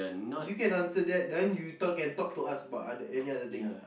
you can answer that then you talk can talk to us about any other thing